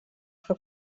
que